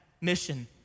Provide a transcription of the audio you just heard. mission